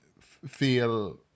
feel